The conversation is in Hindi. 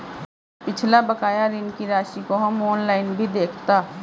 पिछला बकाया ऋण की राशि को हम ऑनलाइन भी देखता